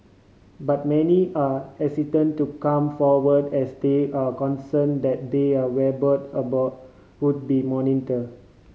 but many are hesitant to come forward as they are concern that their about would be monitor